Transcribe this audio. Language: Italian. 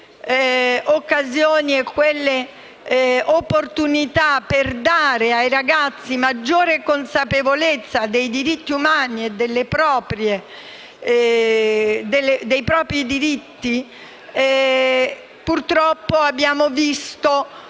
occasioni e opportunità per dare ai ragazzi maggiore consapevolezza dei diritti umani e dei propri diritti, purtroppo, come abbiamo visto,